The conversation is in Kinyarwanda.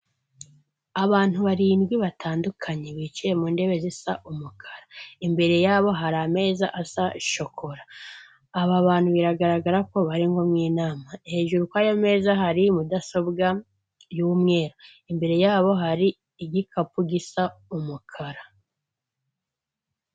Abantu barindwi batandukanye, bicaye mu ntebe zisa umukara. Imbere yabo hari ameza asa shokora. Aba bantu biragaragara ko barimo mu inama. Hejuru kuri ayo meza hari mudasobwa y'umweru. Imbere yabo hari igikapu gisa umukara.